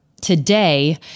today